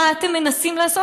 מה אתם מנסים לעשות?